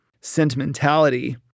sentimentality